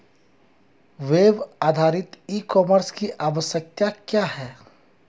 Web आधारित e commerce की आवश्यकता क्या है?